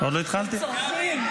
הם צורחים.